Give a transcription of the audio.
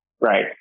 right